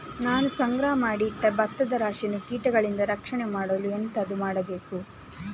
ನಾನು ಸಂಗ್ರಹ ಮಾಡಿ ಇಟ್ಟ ಭತ್ತದ ರಾಶಿಯನ್ನು ಕೀಟಗಳಿಂದ ರಕ್ಷಣೆ ಮಾಡಲು ಎಂತದು ಮಾಡಬೇಕು?